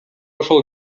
ошол